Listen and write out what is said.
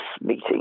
meeting